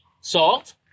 salt